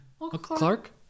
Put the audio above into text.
Clark